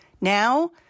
Now